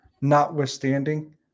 notwithstanding